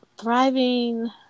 thriving